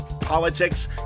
politics